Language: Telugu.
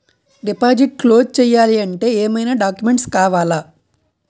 డిపాజిట్ క్లోజ్ చేయాలి అంటే ఏమైనా డాక్యుమెంట్స్ కావాలా?